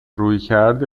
رویکرد